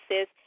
says